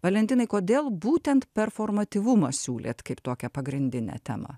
valentinai kodėl būtent performatyvumą siūlėt kaip tokią pagrindinę temą